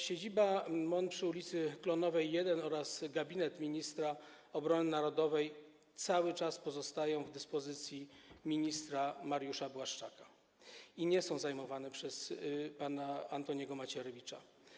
Siedziba MON przy ul. Klonowej 1 oraz gabinet ministra obrony narodowej cały czas pozostają w dyspozycji ministra Mariusza Błaszczaka i nie są zajmowane przez pana Antoniego Macierewicza.